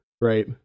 right